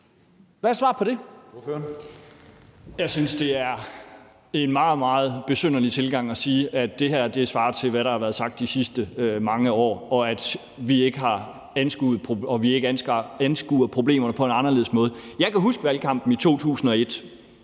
Pedersen (V): Jeg synes, det er en meget, meget besynderlig tilgang at sige, at det her svarer til, hvad der har været sagt de sidste mange år, og at vi ikke anskuer problemerne på en anderledes måde. Jeg kan huske valgkampen i 2001.